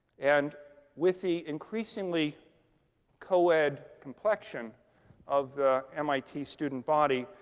and with the increasingly coed complexion of the mit student body,